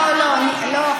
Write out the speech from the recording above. לא, לא.